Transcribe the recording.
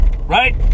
right